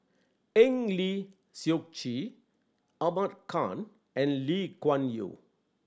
Eng Lee Seok Chee Ahmad Khan and Lee Kuan Yew